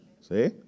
see